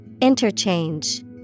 Interchange